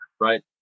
right